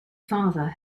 father